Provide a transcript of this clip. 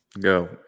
Go